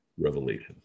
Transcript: revelation